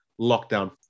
Lockdown